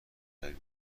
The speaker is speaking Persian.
تحویل